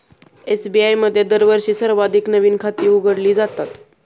SBI मध्ये दरवर्षी सर्वाधिक नवीन खाती उघडली जातात